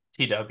TW